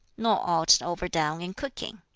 nor aught overdone in cooking,